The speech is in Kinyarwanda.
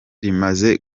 rimaze